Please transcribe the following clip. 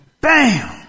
Bam